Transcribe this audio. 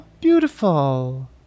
beautiful